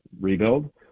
rebuild